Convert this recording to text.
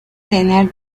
tener